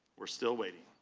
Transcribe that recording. we are still waiting.